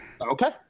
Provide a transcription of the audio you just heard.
Okay